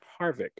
Harvick